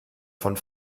von